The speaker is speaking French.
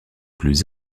plus